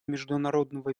международного